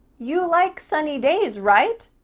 you like sunny days, right?